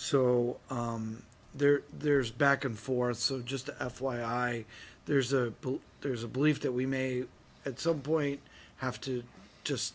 so there there's back and forth so just a fly i there's a bill there's a belief that we may at some point have to just